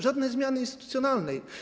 Żadnej zmiany instytucjonalnej.